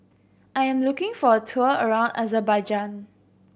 I am looking for a tour around Azerbaijan